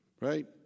Right